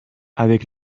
avec